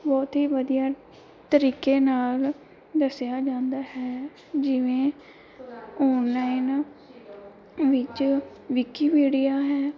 ਬਹੁਤ ਹੀ ਵਧੀਆ ਤਰੀਕੇ ਨਾਲ ਦੱਸਿਆ ਜਾਂਦਾ ਹੈ ਜਿਵੇਂ ਔਨਲਾਈਨ ਵਿੱਚ ਵਿਕੀਪੀਡੀਆ ਹੈ